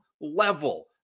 level